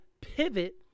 pivot